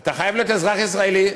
אתה חייב להיות אזרח ישראלי.